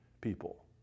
people